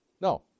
No